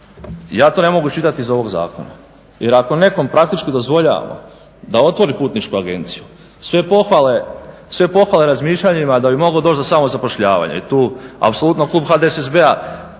Ja to ne mogu iščitati iz ovog zakona. Jer ako nekome praktički dozvoljava da otvori putničku agenciju sve pohvale razmišljanjima da bi moglo doći do samozapošljavanja. I tu apsolutno Klub HDSSB-a